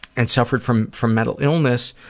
and suffered from from mental illness,